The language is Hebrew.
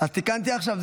אז תיקנתי עכשיו?